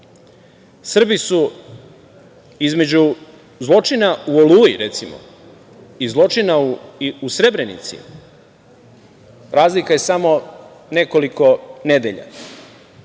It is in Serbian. Srbi su između zločina u „Oluji“ i zločina u Srebrenici, razlika je samo nekoliko nedelja,